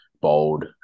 bold